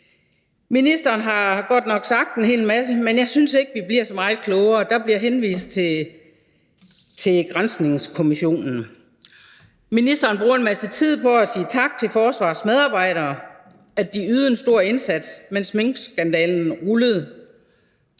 Ministeren har godt nok sagt en hel masse, men jeg synes ikke, at vi bliver så meget klogere. Der bliver henvist til granskningskommissionen. Ministeren bruger en masse tid på at sige tak til forsvarets medarbejdere, fordi de ydede en stor indsats, mens minkskandalen rullede.